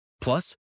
Plus